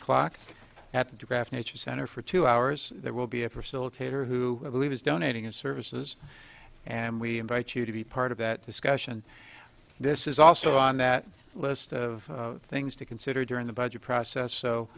o'clock at the draft nature center for two hours there will be a personal trainer who is donating his services and we invite you to be part of that discussion this is also on that list of things to consider during the budget process so